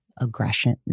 aggression